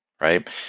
right